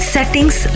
Settings